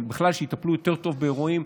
אבל בכלל שיטפלו יותר טוב באירועים,